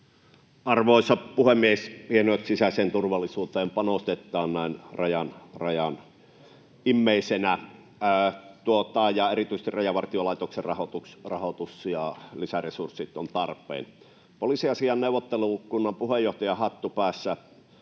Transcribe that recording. Arvoisa puhemies! Hienoa, että sisäiseen turvallisuuteen panostetaan, sanon näin rajan immeisenä, ja erityisesti Rajavartiolaitoksen rahoitus ja lisäresurssit ovat tarpeen. Poliisiasiain neuvottelukunnan puheenjohtajan hattua päässä